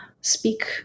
speak